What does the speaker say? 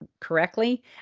correctly